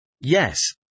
Yes